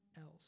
else